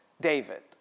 David